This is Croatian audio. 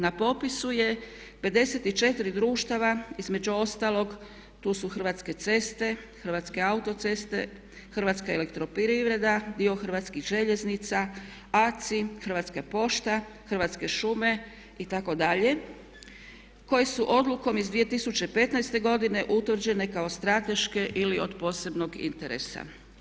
Na popisu je 54 društava između ostalog tu su Hrvatske ceste, Hrvatske autoceste, Hrvatska elektroprivreda, dio hrvatskih željeznica, ACI, Hrvatska pošta, Hrvatske šume itd. koje su odlukom iz 2015.godine utvrđene kao strateške ili od posebnog interesa.